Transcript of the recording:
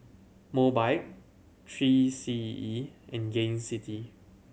Mobike Three C E and Gain City